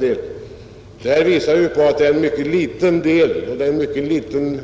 Detta visar att det är en mycket liten